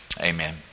Amen